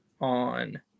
on